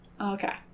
okay